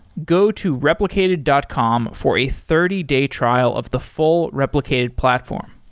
go to replicated dot com for a thirty day trial of the full replicated platform.